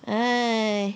!hais!